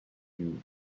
you